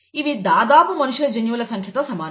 ఇవి దాదాపు మనుషుల జన్యువుల సంఖ్యతో సమానం